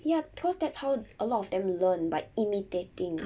ya because that's how a lot of them learn by imitating